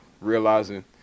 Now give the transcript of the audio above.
realizing